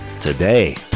today